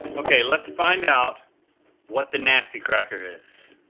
okay let's find out what the nasty cracker is.